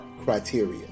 criteria